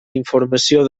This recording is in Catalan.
informació